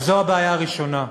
אז זו הבעיה הראשונה.